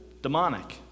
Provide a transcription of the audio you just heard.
demonic